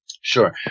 Sure